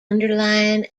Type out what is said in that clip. underlying